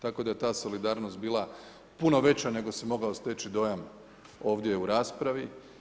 Tako da je ta solidarnost bila puno veća nego se mogao steći dojam ovdje u raspravi.